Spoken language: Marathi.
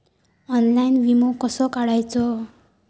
ऑनलाइन विमो कसो काढायचो?